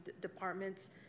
departments